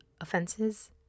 Offenses